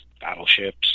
battleships